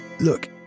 Look